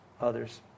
others